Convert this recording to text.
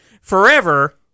forever